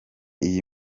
iyi